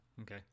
Okay